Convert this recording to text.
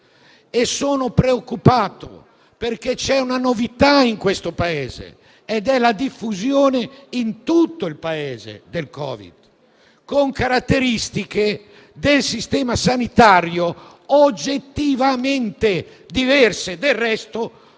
Sono preoccupato perché c'è una novità in Italia che riguarda la diffusione in tutto il Paese del Covid, con caratteristiche del sistema sanitario oggettivamente diverse. Del resto,